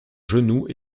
genou